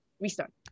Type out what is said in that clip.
Restart